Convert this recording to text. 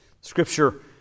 Scripture